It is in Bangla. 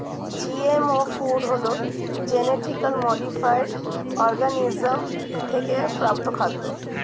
জিএমও ফুড হলো জেনেটিক্যালি মডিফায়েড অর্গানিজম থেকে প্রাপ্ত খাদ্য